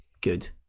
good